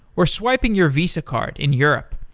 or swiping your visa card in europe,